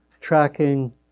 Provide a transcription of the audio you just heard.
tracking